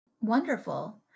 Wonderful